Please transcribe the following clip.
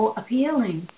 appealing